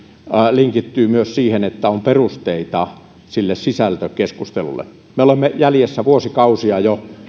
linkittyy myös siihen että on perusteita sille sisältökeskustelulle me olemme jo vuosikausia jäljessä